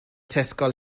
tesco